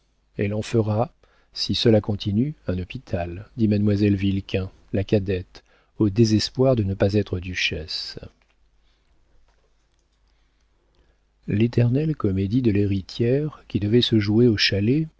elle en fera si cela continue un hôpital dit mademoiselle vilquin la cadette au désespoir de ne pas être duchesse l'éternelle comédie de l'héritière qui devait se jouer au chalet